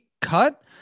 cut